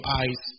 eyes